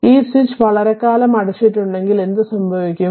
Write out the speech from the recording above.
ഈ സ്വിച്ച് വളരെക്കാലം അടച്ചിട്ടുണ്ടെങ്കിൽ എന്ത് സംഭവിക്കും